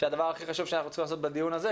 שהדבר הכי חשוב שאנחנו צריכים לעשות בדיון הזה,